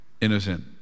innocent